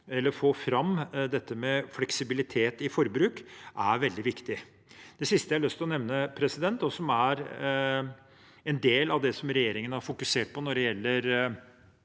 Det å få fram dette med fleksibilitet i forbruk er veldig viktig. Det siste jeg har lyst til å nevne, og som er en del av det regjeringen har fokusert på når det gjelder